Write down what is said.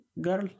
girl